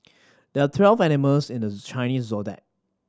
there are twelve animals in the Chinese Zodiac